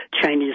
Chinese